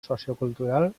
sociocultural